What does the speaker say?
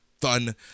fun